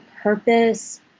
purpose